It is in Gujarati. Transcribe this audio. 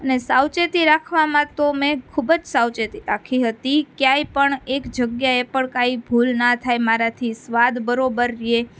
અને સાવચેતી રાખવામાં તો મેં ખૂબ જ સાવચેતી રાખી હતી ક્યાંય પણ એક જગ્યાએ પણ કાંઇ ભૂલ ના થાય મારાથી સ્વાદ બરાબર રહે